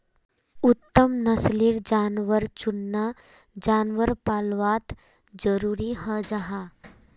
उत्तम नस्लेर जानवर चुनना जानवर पल्वात ज़रूरी हं जाहा